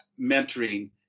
mentoring